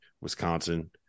Wisconsin